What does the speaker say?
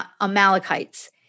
Amalekites